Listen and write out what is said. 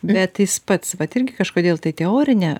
bet jis pats vat irgi kažkodėl tai teorinę